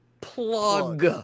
plug